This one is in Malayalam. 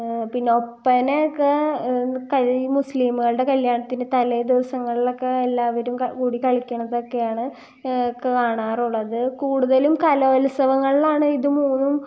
പിന്നെ ഒപ്പനയൊക്കെ പഴയ മുസ്ലിംകളുടെ കല്യാണത്തിൻ്റെ തലേ ദിവസങ്ങളിലൊക്കെ എല്ലാവരും കൂടി കളിക്കുന്നതൊക്കെയാണ് കാണാറുള്ളത് കൂടുതലും കലോത്സവങ്ങളിലാണ് ഇത് മൂന്നും